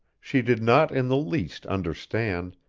she did not in the least understand,